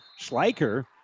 Schleicher